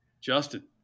Justin